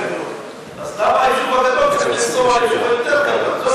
אז למה היישוב הגדול צריך לנסוע ליישוב היותר קטן?